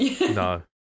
No